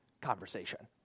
conversation